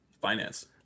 Finance